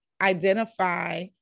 identify